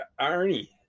Arnie